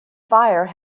fire